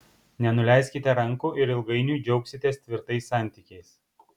nenuleiskite rankų ir ilgainiui džiaugsitės tvirtais santykiais